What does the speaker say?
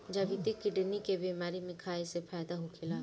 जावित्री किडनी के बेमारी में खाए से फायदा होखेला